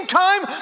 time